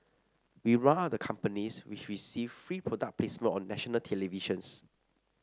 we round up the companies which received free product placements on national televisions